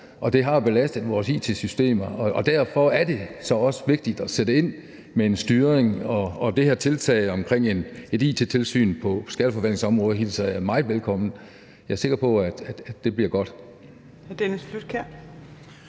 det har belastet vores it-systemer. Derfor er det så også vigtigt at sætte ind med en styring, og det her tiltag om et it-tilsyn på skatteforvaltningens område hilser jeg meget velkommen. Jeg er sikker på, at det bliver godt.